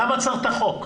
למה צריך את החוק?